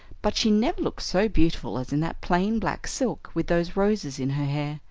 but she never looked so beautiful as in that plain black silk, with those roses in her hair,